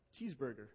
cheeseburger